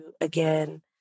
again